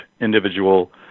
individual